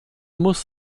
muss